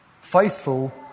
Faithful